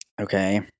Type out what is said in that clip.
okay